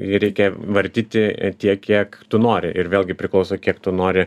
jį reikia vartyti ir tiek kiek tu nori ir vėlgi priklauso kiek tu nori